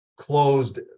closed